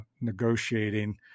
negotiating